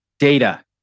Data